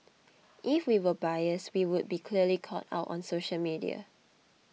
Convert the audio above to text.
if we were biased we would be clearly called out on social media